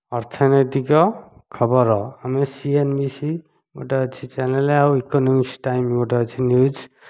ଅର୍ଥନୈତିକ ଖବର ଆମେ ସି ଏନ୍ ବି ସି ଗୋଟେ ଅଛି ଚ୍ୟାନେଲ୍ ଆଉ ଇକୋନୋମିକ୍ସ ଟାଇମ୍ ଗୋଟେ ଅଛି ନ୍ୟୁଜ୍